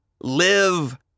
live